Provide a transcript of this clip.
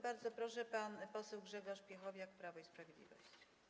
Bardzo proszę, pan poseł Grzegorz Piechowiak, Prawo i Sprawiedliwość.